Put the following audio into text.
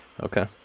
okay